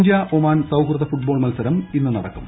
India Oman സൌഹൃദ football മത്സരം ഇന്ന് നടക്കും